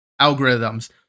algorithms